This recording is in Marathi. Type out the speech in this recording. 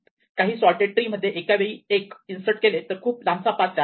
कारण सोर्टेड ट्री मध्ये एका वेळी एक इन्सर्ट केले तर खूप लांबचा पाथ तयार होतो